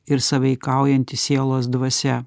ir sąveikaujanti sielos dvasia